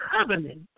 covenant